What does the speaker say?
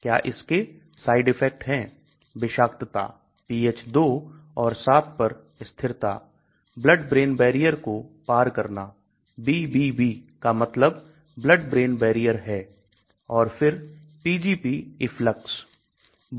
क्या इसके side effect है विषाक्तता pH 2 और 7 पर स्थिरता blood brain barrier को पार करना BBB का मतलब blood brain barrier है और फिर Pgp eflux